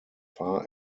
far